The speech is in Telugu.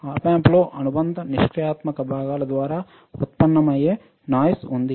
ఆప్ యాoప్ లో అనుబంధ నిష్క్రియాత్మకత భాగాలు ద్వారా ఉత్పన్నమయ్యే నాయిస్ ఉంటుంది